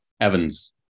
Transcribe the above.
Evans